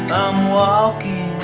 walking